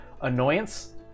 annoyance